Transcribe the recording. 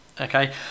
Okay